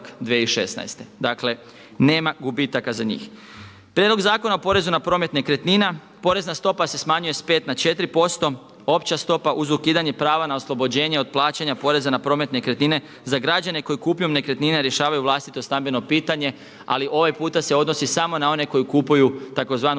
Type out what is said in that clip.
Dakle, nema gubitaka za njih. Prijedlog zakona o porezu na promet nekretnina, porezna stopa se smanjuje sa 5 na 4%, opća stopa uz ukidanje prava na oslobođenje od plaćanja poreza na promet nekretnine za građane koji kupnjom nekretnine rješavaju vlastito stambeno pitanje. Ali ovaj puta se odnosi samo na one koji kupuju tzv.